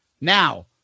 now